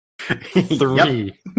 Three